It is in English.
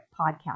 podcast